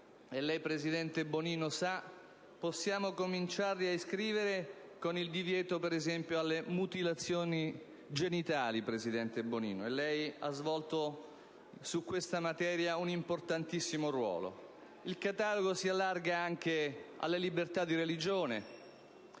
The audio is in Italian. e lei, presidente Bonino, lo sa, possiamo cominciare a scriverlo con il divieto delle mutilazioni genitali. E lei, presidente Bonino, ha svolto su questa materia un importantissimo ruolo. Il catalogo si allarga anche alla libertà di religione,